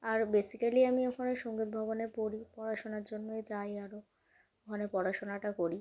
আর basically আমি ওখানে সঙ্গীত ভবনে পড়ি পড়াশোনার জন্যই যাই আরো ওখানে পড়াশোনাটা করি